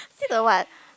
you know what